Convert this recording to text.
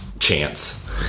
Chance